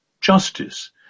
justice